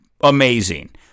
amazing